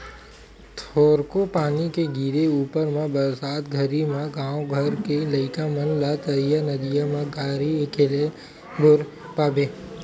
थोरको पानी के गिरे ऊपर म बरसात घरी म गाँव घर के लइका मन ला तरिया नदिया म गरी खेलत बरोबर पाबे